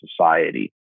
society